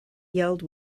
yelled